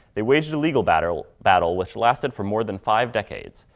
they waged a legal battle battle which lasted for more than five decades,